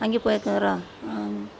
அங்கே போயிருக்கிறோம்